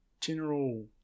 general